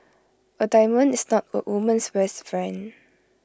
A diamond is not A woman's best friend